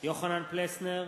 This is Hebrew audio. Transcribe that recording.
יוחנן פלסנר,